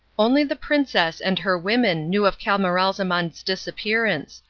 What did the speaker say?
only the princess and her women knew of camaralzaman's disappearance,